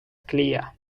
clear